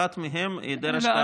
אחת מהן היא היעדר השקעה בתשתיות.